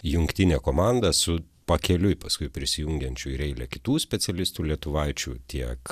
jungtinė komanda su pakeliui paskui prisijungiančių ir eile kitų specialistų lietuvaičių tiek